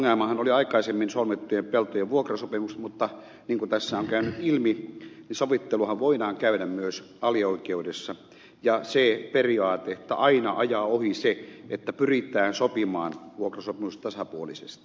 ongelmahan oli aikaisemmin solmittujen peltojen vuokrasopimukset mutta niin kuin tässä on käynyt ilmi sovitteluahan voidaan käydä myös alioikeudessa ja on se periaate että aina ajaa ohi se että pyritään solmimaan vuokrasopimus tasapuolisesti